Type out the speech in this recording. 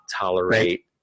tolerate